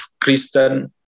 Christian